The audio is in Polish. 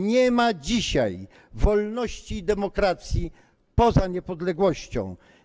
Nie ma dzisiaj wolności i demokracji poza niepodległością.